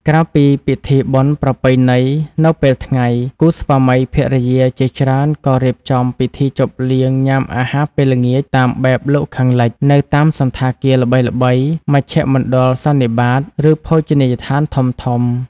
ក្រៅពីពិធីបុណ្យប្រពៃណីនៅពេលថ្ងៃ គូស្វាមីភរិយាជាច្រើនក៏រៀបចំ ពិធីជប់លៀងញាំអាហារពេលល្ងាចតាមបែបលោកខាងលិច នៅតាមសណ្ឋាគារល្បីៗ មជ្ឈមណ្ឌលសន្និបាត ឬភោជនីយដ្ឋានធំៗ ។